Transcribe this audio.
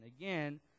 Again